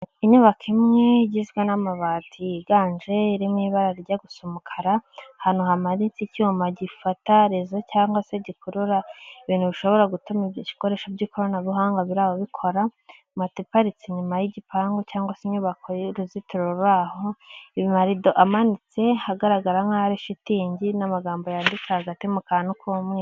Inyubako imwe igizwe n'amabati yiganje iririmo ibara rijya gusa umukara ahantu, hamanitse icyuma gifata rezo cyangwa se gikurura ibintu bishobora gutuma ibyo bikoresho by'ikoranabuhanga biri aho bikora, moto iparitse inyuma y'igipangu, cyangwa se inyubako y'uruzitiro ruri aho, amarido amanitse ahagaragara nk'aho shitingi n'amagambo yanditse hagati mu kantu k'umweru.